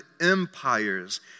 empires